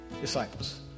disciples